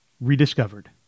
rediscovered